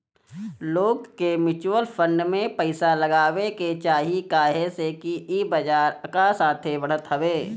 लोग के mutual fund में पइसा लगावे के चाही काहे से कि ई बजार कअ साथे बढ़त हवे